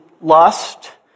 lust